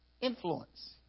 Influence